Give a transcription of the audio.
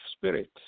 spirit